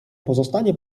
pozostanie